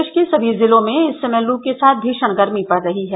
प्रदेष के सभी जिलों में इस समय लू के साथ भीशण गर्मी पड़ रही है